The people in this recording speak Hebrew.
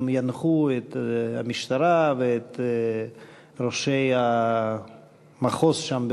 הם ינחו את המשטרה ואת ראשי המחוז שם,